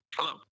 hello